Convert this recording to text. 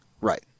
Right